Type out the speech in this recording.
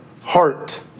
heart